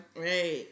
right